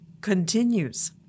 continues